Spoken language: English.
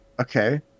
Okay